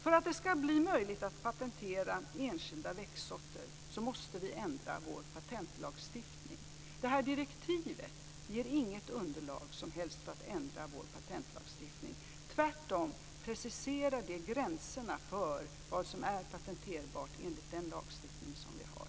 För att det skall bli möjligt att patentera enskilda växtsorter måste vi ändra vår patentlagstiftning. Direktivet ger inget som helst underlag för att ändra vår patentlagstiftning. Tvärtom preciserar det gränserna för vad som är patenterbart enligt den lagstiftning som vi har.